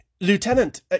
Lieutenant